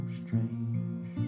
strange